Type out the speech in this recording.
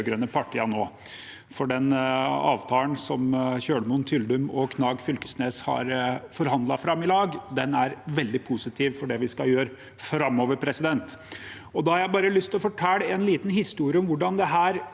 Den avtalen som Kjølmoen, Tyldum og Knag Fylkesnes har forhandlet fram i lag, er veldig positiv for det vi skal gjøre framover. Da har jeg lyst å fortelle en liten historie om hvordan dette